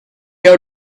out